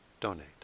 donate